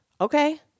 Okay